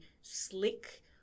slick